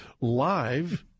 live